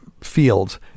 fields